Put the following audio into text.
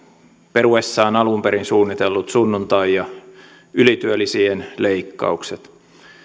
peruessaan alun perin suunnitellut sunnuntai ja ylityölisien leikkaukset